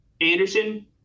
Anderson